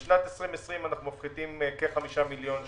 לשנת 2020 אנחנו מפחיתים כ-5 מיליון שקל.